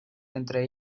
entre